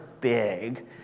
big